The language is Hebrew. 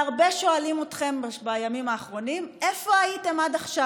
והרבה שואלים אתכם בימים האחרונים: איפה הייתם עד עכשיו?